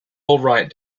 alright